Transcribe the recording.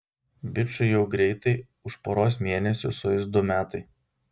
bičui jau greitai už poros mėnesių sueis du metai